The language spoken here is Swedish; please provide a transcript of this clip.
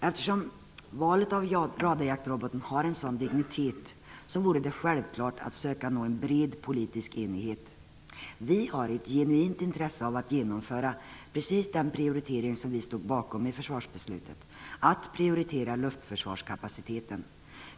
Eftersom valet av radarjaktrobot har en sådan dignitet borde det vara självklart att söka en bred politisk enighet. Vi har ett genuint intresse av att fullfölja precis den prioritering som vi stod bakom vid försvarsbeslutet, att prioritera luftförsvarskapaciteten.